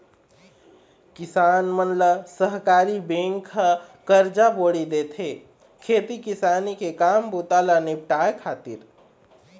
किसान मन ल सहकारी बेंक ह करजा बोड़ी देथे, खेती किसानी के काम बूता ल निपाटय खातिर